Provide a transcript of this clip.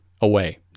away